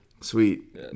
Sweet